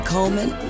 Coleman